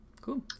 Cool